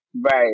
Right